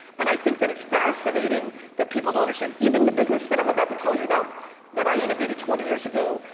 and i think that it's fascinating that people don't understand, even the business that i'm about to tell you about that i innovated twenty years ago,